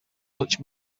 dutch